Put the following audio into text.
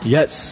Yes